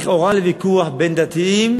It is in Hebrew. לכאורה לוויכוח בין דתיים